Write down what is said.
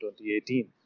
2018